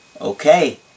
Okay